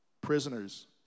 Prisoners